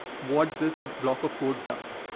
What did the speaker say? what this block of code does.